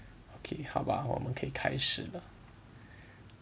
okay 好吧我们可以开始了